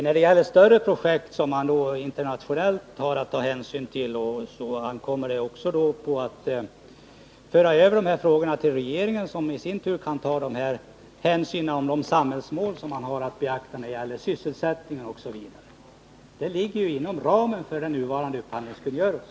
När det gäller större projekt, där internationella företag berörs, kan man föra över frågorna till regeringen som i sin tur kan ta ställning med hänsyn till sysselsättning osv. Det ligger inom ramen för den nuvarande upphandlingskungörelsen.